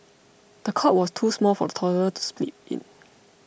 the cot was too small for the toddler to sleep in